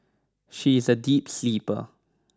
she is a deep sleeper